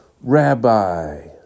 Rabbi